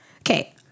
okay